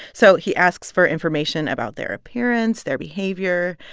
so he asks for information about their appearance, their behavior.